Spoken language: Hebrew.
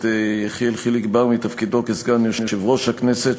יחיאל חיליק בר מתפקידו כסגן יושב-ראש הכנסת,